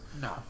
no